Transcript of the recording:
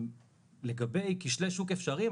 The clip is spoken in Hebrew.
לגבי כשלי שוק אפשריים,